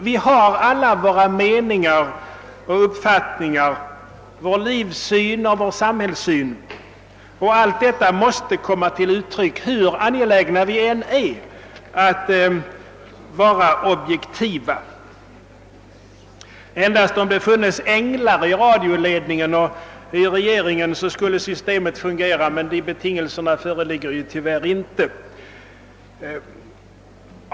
Vi har alla våra egna uppfattningar, vår egen livssyn och samhällssyn och allt detta måste få komma till uttryck, hur angelägna vi än är att vara objektiva. Endast om det funnes änglar i radioledning och regering skulle systemet fungera, men sådana betingelser föreligger tyvärr inte.